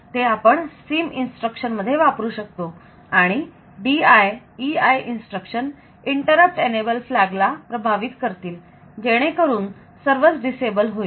ते आपण SIM instruction मध्ये वापरू शकतो आणि DIEI इन्स्ट्रक्शन इंटरप्ट एनेबल फ्लॅगला प्रभावित करतील जेणेकरून सर्वच डिसेबल होईल